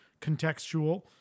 contextual